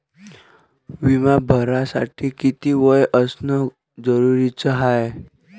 बिमा भरासाठी किती वय असनं जरुरीच हाय?